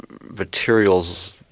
materials